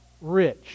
rich